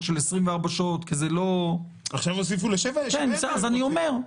של 24 שעות כי זה לא --- עכשיו הוסיפו --- אז אני אומר,